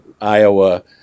Iowa –